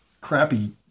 crappy